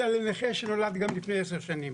אלא לנכה שנולד גם לפני עשר שנים.